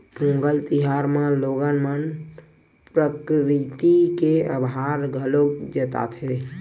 पोंगल तिहार म लोगन मन प्रकरिति के अभार घलोक जताथे